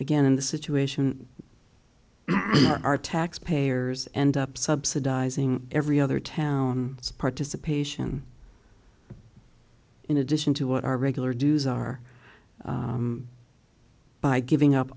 again in the situation our tax payers end up subsidizing every other town it's participation in addition to what our regular dues are by giving up